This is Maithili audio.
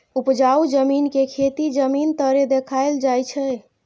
उपजाउ जमीन के खेती जमीन तरे देखाइल जाइ छइ